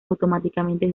automáticamente